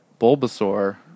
Bulbasaur